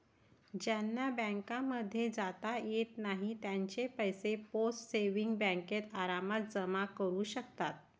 ज्यांना बँकांमध्ये जाता येत नाही ते त्यांचे पैसे पोस्ट सेविंग्स बँकेत आरामात जमा करू शकतात